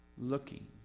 looking